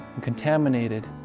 contaminated